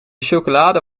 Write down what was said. chocolade